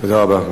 תודה רבה.